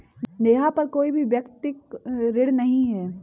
नेहा पर कोई भी व्यक्तिक ऋण नहीं है